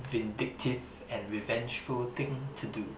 vindictive and revengeful thing to do